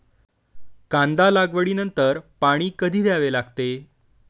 कांदा लागवडी नंतर पाणी कधी द्यावे लागते?